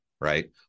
right